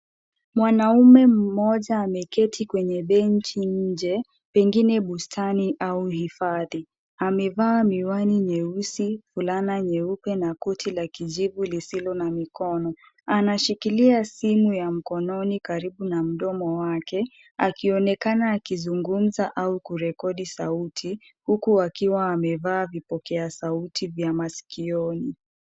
Mwanaume mmoja ameketi kwenye benchi nje pengine bustani au hifadhi. Amevaa miwani nyeusi, fulana nyeupe na koti la kijivu lisilo na mikono. Anashikilia simu ya mkononi karibu na mdomo wake akionekana akizungumza au kurekodi sauti huku akiwa amevaa vipokea sauti vya masikioni.